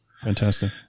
Fantastic